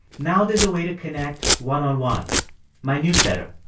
now there's a way to connect one on one my newsletter.